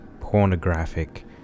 pornographic